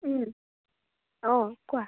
অঁ কোৱা